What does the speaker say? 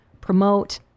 promote